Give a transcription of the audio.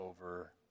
over